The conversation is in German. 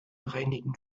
reinigen